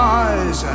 eyes